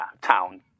town